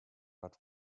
but